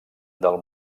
del